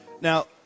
Now